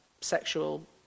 sexual